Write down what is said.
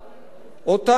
אותן פקודות